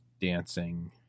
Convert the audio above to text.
dancing